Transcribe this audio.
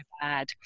bad